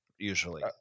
Usually